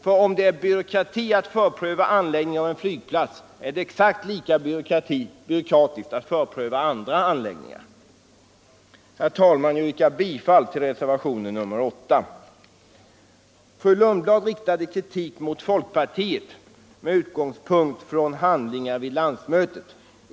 För om det är byråkratiskt att förpröva anläggning av en flygplats, är det exakt lika byråkratiskt att förpröva andra anläggningar. Herr talman! Jag yrkar bifall till reservationen 8. Fru Lundblad riktar kritik mot folkpartiet med utgångspunkt i handlingar vid landsmötet.